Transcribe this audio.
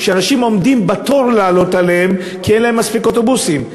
אנשים שעומדים בתור לעלות עליהם כי אין להם מספיק אוטובוסים.